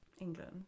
England